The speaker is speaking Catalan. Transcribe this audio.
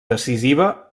decisiva